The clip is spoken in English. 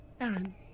Aaron